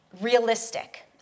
realistic